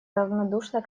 равнодушно